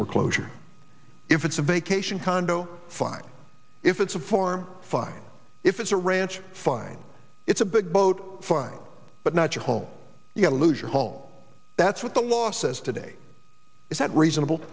foreclosure if it's a vacation condo fine if it's a far fine if it's a ranch fine it's a big boat fine but not your home you know lose your home that's what the law says today is that reasonable